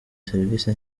serivisi